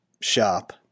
shop